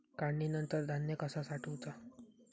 काढणीनंतर धान्य कसा साठवुचा?